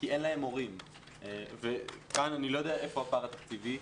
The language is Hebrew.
כאן אני לא יודע איפה הפער התקציבי,